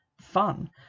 fun